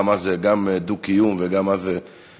גם מה זה דו-קיום וגם מה זה שוויון.